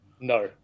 No